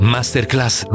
Masterclass